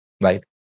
right